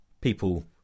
people